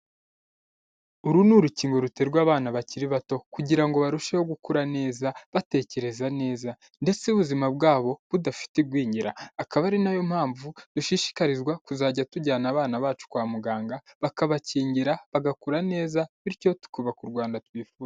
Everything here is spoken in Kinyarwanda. Uru ni urukingo ruterwa abana bakiri bato kugira ngo barusheho gukura neza batekereza neza ndetse ubuzima bwabo budafite igwingira, akaba ari nayo mpamvu dushishikarizwa kuzajya tujyana abana bacu kwa muganga bakabakingira bagakura neza, bityo tukubaka u Rwanda twifufuza.